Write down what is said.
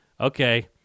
okay